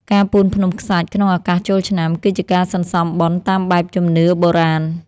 ការពូនភ្នំខ្សាច់ក្នុងឱកាសចូលឆ្នាំ គឺជាការសន្សំបុណ្យតាមបែបជំនឿបុរាណ។